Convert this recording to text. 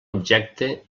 objecte